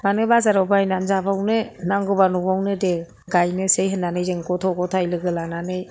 मानो बाजाराव बायनानै जाबावनो नांगौबा न'आव दे गायनोसै होन्नानै गथ' गथाय लोगो लानानै